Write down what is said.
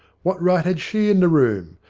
what right had she in the room?